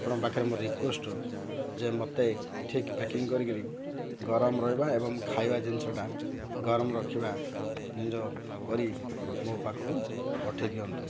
ଆପଣଙ୍କ ପାଖରେ ମୋର ରିକ୍ୟୁୱେଷ୍ଟ ଯେ ମୋତେ ଠିକ୍ ପ୍ୟାକିଂ କରିକିରି ଗରମ ରହିବା ଏବଂ ଖାଇବା ଜିନିଷଟା ଗରମ ରଖିବା ଜିନିଷ କରି ମୋ ପାଖକୁ ପଠାଇ ଦିଅନ୍ତୁ